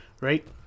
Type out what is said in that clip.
Right